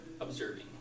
observing